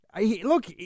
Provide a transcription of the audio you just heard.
Look